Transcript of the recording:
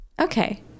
Okay